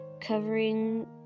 covering